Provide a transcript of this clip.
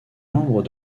membre